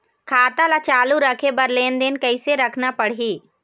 खाता ला चालू रखे बर लेनदेन कैसे रखना पड़ही?